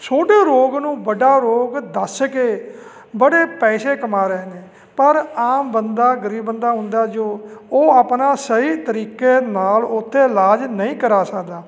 ਛੋਟੇ ਰੋਗ ਨੂੰ ਵੱਡਾ ਰੋਗ ਦੱਸ ਕੇ ਬੜੇ ਪੈਸੇ ਕਮਾ ਰਹੇ ਨੇ ਪਰ ਆਮ ਬੰਦਾ ਗਰੀਬ ਬੰਦਾ ਹੁੰਦਾ ਜੋ ਉਹ ਆਪਣਾ ਸਹੀ ਤਰੀਕੇ ਨਾਲ ਉੱਥੇ ਇਲਾਜ ਨਹੀਂ ਕਰਵਾ ਸਕਦਾ